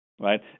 right